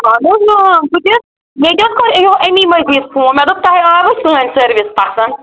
اَہَن حظ نا بہٕ تہِ حظ مےٚ تہِ حظ کوٚر اَمے موجوب فون مےٚ دوٚپ تۄہہِ آوٕ سٲنۍ سٔروِس پَسَنٛد